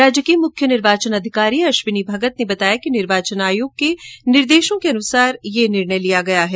राज्य के मुख्य निर्वाचन अधिकारी अश्विनी भगत ने बताया कि निर्वाचन आयोग के निर्देशों के अनुसार यह निर्णय लिया गया है